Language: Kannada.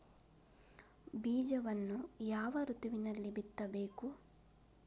ಬೀಜವನ್ನು ಯಾವ ಋತುವಿನಲ್ಲಿ ಬಿತ್ತಬೇಕು?